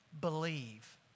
believe